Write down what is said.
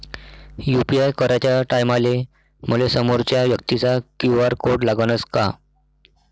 UPI कराच्या टायमाले मले समोरच्या व्यक्तीचा क्यू.आर कोड लागनच का?